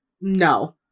no